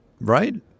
Right